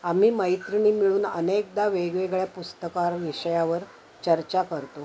आम्ही मैत्रिणी मिळून अनेकदा वेगवेगळ्या पुस्तकावर विषयावर चर्चा करतो